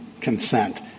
Consent